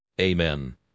Amen